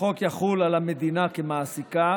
החוק יחול על המדינה כמעסיקה,